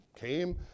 came